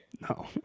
No